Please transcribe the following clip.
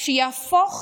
שיהפוך